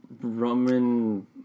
Roman